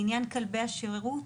לעניין כלבי השירות,